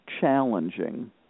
challenging